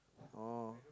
orh